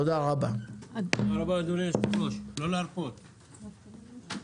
תודה רבה, הישיבה נעולה.